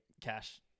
cash